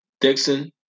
Dixon